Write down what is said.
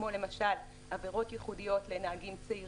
כמו למשל עבירות ייחודיות לנהגים צעירים,